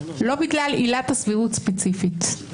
לא בגלל עילת הסבירות ספציפית.